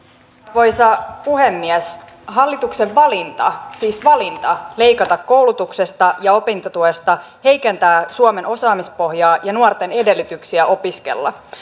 arvoisa puhemies hallituksen valinta siis valinta leikata koulutuksesta ja opintotuesta heikentää suomen osaamispohjaa ja nuorten edellytyksiä opiskella